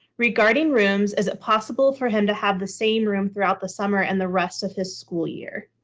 regarding rooms, is it possible for him to have the same room throughout the summer and the rest of his school year?